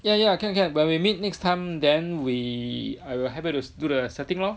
yeah yeah can can when we meet next time then we I will help you to do the setting lor